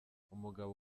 umugabo